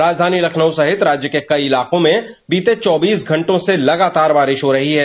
राजधानी लखनऊ सहित राज्य के कई इलाकों में बीते चौबीस घंटों से लगातार बारिश हो रही है